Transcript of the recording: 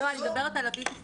לא, אני מדברת על הבלתי-פורמלי.